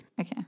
Okay